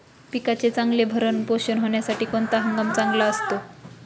पिकाचे चांगले भरण पोषण होण्यासाठी कोणता हंगाम चांगला असतो?